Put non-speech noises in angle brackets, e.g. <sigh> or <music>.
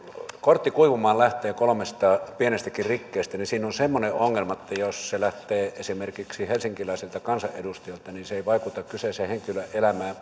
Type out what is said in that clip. kortti kuivumaan kolmesta pienestäkin rikkeestä niin siinä on semmoinen ongelma että jos se lähtee esimerkiksi helsinkiläiseltä kansanedustajalta niin se ei vaikuta kyseisen henkilön elämään <unintelligible>